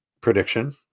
prediction